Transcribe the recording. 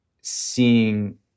seeing